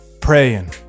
Praying